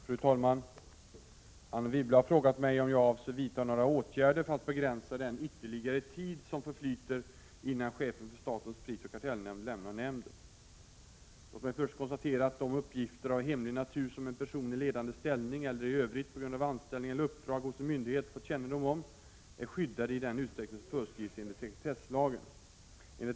Fru talman! Anne Wibble har frågat mig om jag avser vidta några åtgärder för att begränsa den ytterligare tid som förflyter innan chefen för statens prisoch kartellnämnd lämnar nämnden. Låt mig först konstatera att de uppgifter av hemlig natur som en person i ledande ställning eller i övrigt på grund av anställning eller uppdrag hos en myndighet fått kännedom om är skyddade i den utsträckning som föreskrivs enligt sekretesslagen .